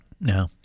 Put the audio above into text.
No